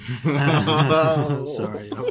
Sorry